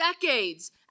Decades